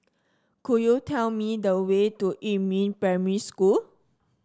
could you tell me the way to Yumin Primary School